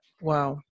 wow